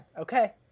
Okay